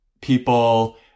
people